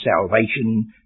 salvation